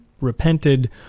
repented